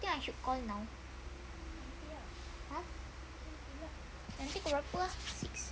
do you think I should call now !huh! nanti pukul berapa ah six